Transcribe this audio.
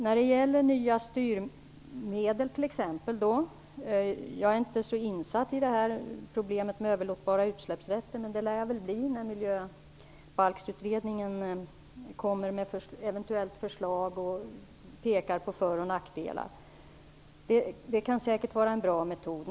Jag är inte så insatt i det här med överlåtbara utsläppsrätter som ett styrmedel, men det lär jag väl bli när Miljöbalksutredningen kommer med ett eventuellt förslag och pekar på för och nackdelar. Det kan säkert vara en bra metod.